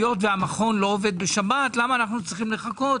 היות שהמכון לא עובד בשבת, צריכים לחכות